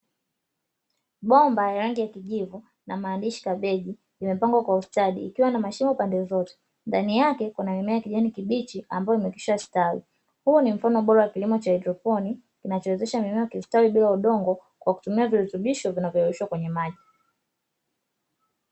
Bomba lenye rangi ya kijivu na maandishi “Kabeji” limepangwa kwa ustadi likiwa na mashimo pande zote. Ndani yake kuna mimea ya kijani kibichi ambayo imekwisha stawi. Huu ni mfano bora wa kilimo cha haidroponi kinachowezesha mimea kustawi bila udongo, kwa kutumia virutubisho vinavyoyeyushwa kwenye maji.